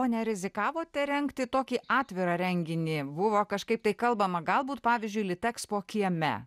o nerizikavote rengti tokį atvirą renginį buvo kažkaip tai kalbama galbūt pavyzdžiui litexpo kieme